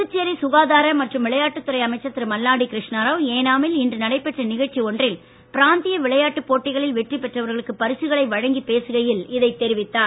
புதுச்சேரி சுகாதார மற்றும் விளையாட்டு துறை அமைச்சர் திரு மல்லாடி கிருஷ்ணாராவ் ஏனாமில் இன்று நடைபெற்ற நிகழ்ச்சி ஒன்றில் பிராந்திய விளையாட்டுப் போட்டிகளில் வெற்றி பெற்றவர்களுக்கு பரிசுகளை வழங்கி பேசுகையில் இதை தெரிவித்தார்